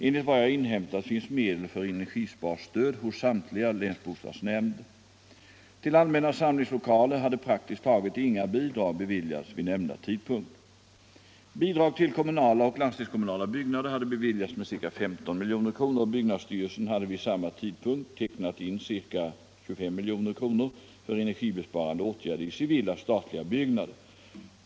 Enligt vad jag inhämtat finns medel för energisparstöd hos samtliga länsbostadsnämnder. Till allmänna samlingslokaler hade praktiskt taget inga bidrag beviljats vid nämnda tidpunkt. Bidrag till kommunala och landstingskommunala byggnader hade beviljats med ca 15 milj.kr., och byggnadsstyrelsen hade vid samma tidpunkt tecknat in ca 25 milj.kr. för energibesparande åtgärder i civila statliga byggnader.